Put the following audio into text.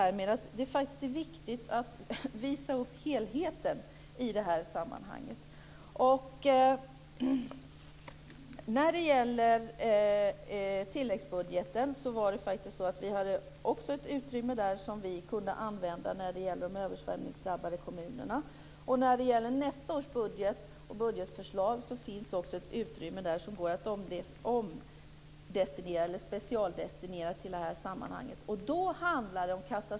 När det gäller nästa års budgetförslag finns utrymme där för att specialdestinera till det sammanhanget.